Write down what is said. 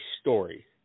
story